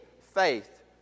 faith